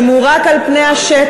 אם הוא רק על פני השטח,